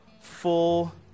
full